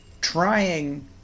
trying